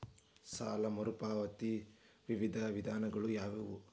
ಸಾಲ ಮರುಪಾವತಿಯ ವಿವಿಧ ವಿಧಾನಗಳು ಯಾವುವು?